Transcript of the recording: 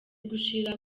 gushira